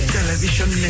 Television